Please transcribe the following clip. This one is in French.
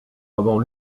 avant